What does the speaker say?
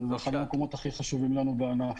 זה אחד המקומות הכי חשובים לנו בענף.